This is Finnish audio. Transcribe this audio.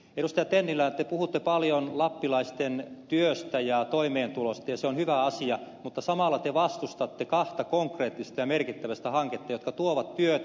tennilä te puhutte paljon lappilaisten työstä ja toimeentulosta ja se on hyvä asia mutta samalla te vastustatte kahta konkreettista ja merkittävää hanketta jotka tuovat työtä